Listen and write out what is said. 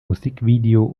musikvideo